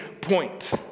point